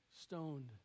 stoned